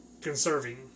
conserving